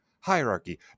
Hierarchy